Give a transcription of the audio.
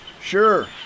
Sure